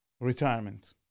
Retirement